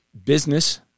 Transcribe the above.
Business